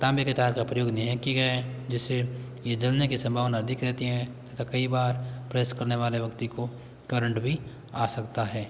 तांबे के तार का प्रयोग नहीं किया है जिससे ये जलने कि संभावना अधिक रहती है तथा कई बार प्रेस करने वाले व्यक्ति को करंट भी आ सकता है